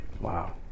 Wow